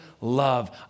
love